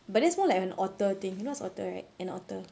but that's more like an auteur thing you know what's auteur right an auteur